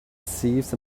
thieves